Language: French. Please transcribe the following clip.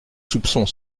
soupçons